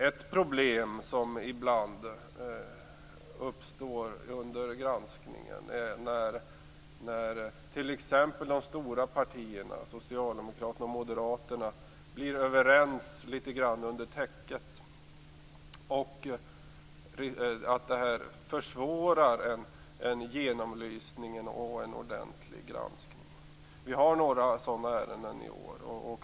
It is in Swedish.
Ett problem som ibland uppstår under granskningen är när t.ex. de stora partierna, Socialdemokraterna och Moderaterna, blir överens lite grand under täcket. Det försvårar en genomlysning och en ordentlig granskning. Vi har några sådana ärenden i år.